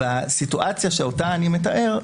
הסיטואציה שאותה אני מתאר,